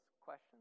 questions